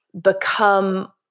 become